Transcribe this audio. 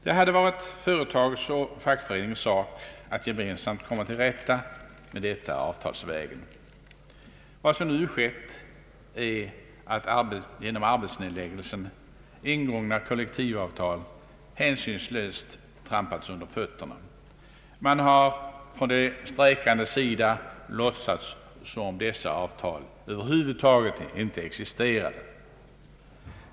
Det hade varit företagets och fackföreningens sak att gemensamt komma till rätta med denna fråga avtalsvägen. Vad som nu skett är att genom arbetsnedläggelsen ingångna kollektivavtal hänsynslöst trampats under fötterna. Man har från de strejkandes sida låtsats som om dessa avtal över huvud taget inte existerade.